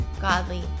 godly